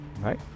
Right